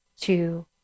two